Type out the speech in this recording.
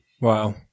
Wow